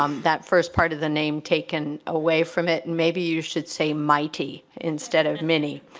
um that first part of the name taken away from it and maybe you should say mighty instead of mini.